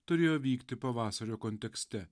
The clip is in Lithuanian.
turėjo vykti pavasario kontekste